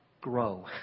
grow